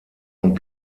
und